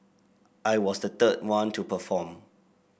I was the third one to perform